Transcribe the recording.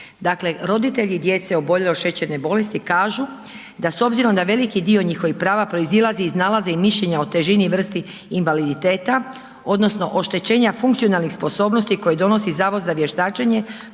roditelji djece oboljele od šećerne bolesti kažu, da s obzirom da veliki dio njihovih prava proizilazi iz nalaza i mišljenja o težini i vrsti invaliditeta, odnosno oštećenja funkcionalnih sposobnosti koji donosi Zavod za vještačenje,